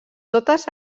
totes